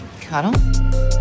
Cuddle